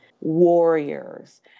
warriors